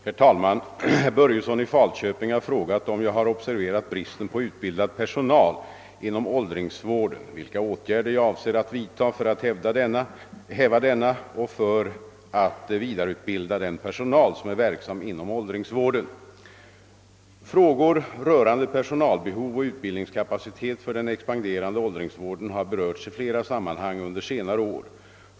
Herr talman! Herr Börjesson i Falköping har frågat om jag har observerat bristen på utbildad personal inom åldringsvården samt vilka åtgärder jag avser att vidta för att häva denna och för att vidareutbilda den personal som är verksam inom åldringsvården. Frågor rörande personalbehov och utbildningskapacitet för den expanderande åldringsvården har berörts i flera sammanhang under senare år.